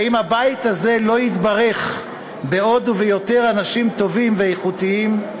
האם הבית הזה לא יתברך בעוד וביותר אנשים טובים ואיכותיים,